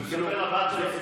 הוא מספר לבת שלו סיפור.